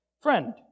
Friend